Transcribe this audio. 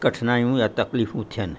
कठिनायूं या तकलीफ़ूं थियणु